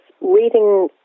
reading